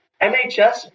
MHS